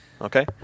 Okay